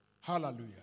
hallelujah